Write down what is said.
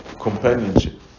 companionship